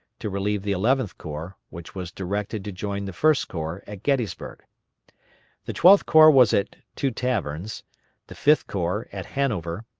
to relieve the eleventh corps, which was directed to join the first corps at gettysburg the twelfth corps was at two taverns the fifth corps at hanover,